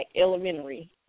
elementary